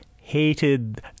hated